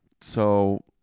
So-